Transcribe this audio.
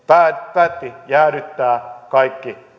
päätti jäädyttää kaikki